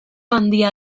handia